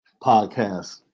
podcast